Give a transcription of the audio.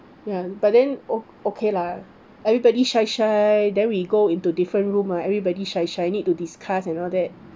ya but then o~ okay lah everybody shy shy then we go into different room ah everybody shy shy need to discuss and all that